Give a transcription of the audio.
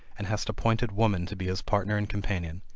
and hast appointed woman to be his partner and companion!